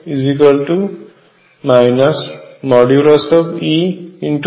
u